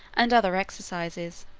and other exercises.